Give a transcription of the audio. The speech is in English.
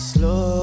Slow